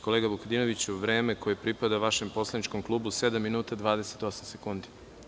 Kolega Vukadinoviću, vreme koje pripada vašem poslaničku klubu je sedam minuta i 28 sekundi.